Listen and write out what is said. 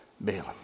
Balaam